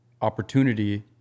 opportunity